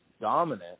dominant